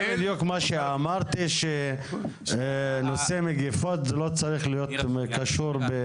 אמרתי שנושא מגפות לא צריך להיות קשור.